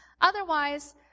otherwise